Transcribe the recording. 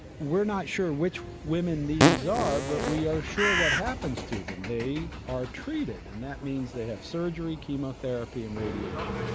we are not sure which women these are but we are sure what happens to them, they are treated, and that means they have surgery, chemotherapy and radiation,